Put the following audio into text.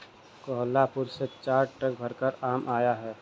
कोहलापुर से चार ट्रक भरकर आम आया है